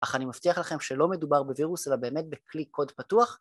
אך אני מבטיח לכם שלא מדובר בווירוס אלא באמת בכלי קוד פתוח